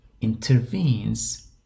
intervenes